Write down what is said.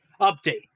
update